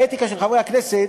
באתיקה של חברי הכנסת,